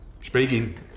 speaking